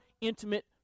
intimate